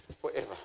forever